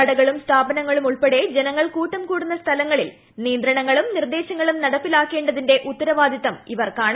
കടകളും സ്ഥാപനങ്ങളും ഉൾപ്പെടെ ജനങ്ങൾ കൂട്ടംകൂടുന്ന സ്ഥലങ്ങളിൽ നിയന്ത്രണങ്ങളും നിർദ്ദേശങ്ങളും നടപ്പിലാക്കേണ്ടതിന്റെ ഉത്തരവാദിത്തം ഇവർക്കാണ്